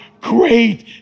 great